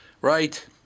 Right